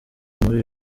muri